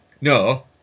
no